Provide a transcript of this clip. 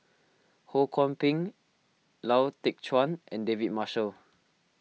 Ho Kwon Ping Lau Teng Chuan and David Marshall